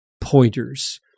pointers